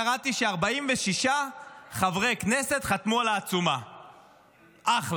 קראתי ש-46 חברי כנסת חתמו על העצומה, אחלה.